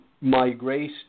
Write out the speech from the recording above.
migrate